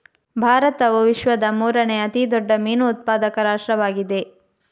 ಭಾರತವು ವಿಶ್ವದ ಮೂರನೇ ಅತಿ ದೊಡ್ಡ ಮೀನು ಉತ್ಪಾದಕ ರಾಷ್ಟ್ರವಾಗಿದೆ